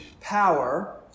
power